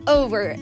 over